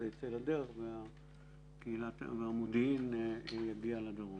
ייצא לדרך וקהילת המודיעין תגיע לדרום.